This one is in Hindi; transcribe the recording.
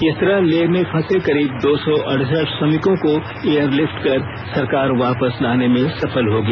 इस तरह लेह में फंसे करीब दो सौ अड़सठ श्रमिकों को एयरलिफ्ट कर सरकार वापस लाने में सफल होगी